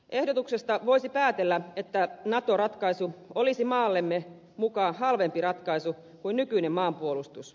ehdotuksesta voisi päätellä että nato ratkaisu olisi maallemme muka halvempi ratkaisu kuin nykyinen maanpuolustus